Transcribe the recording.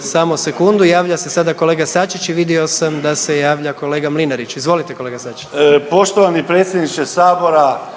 Samo sekundu. Javlja se sada kolega Sačić i vidio sam da se javlja kolega Mlinarić. Izvolite kolega Sačić. **Sačić, Željko